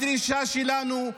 הדרישה שלנו,